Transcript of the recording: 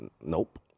Nope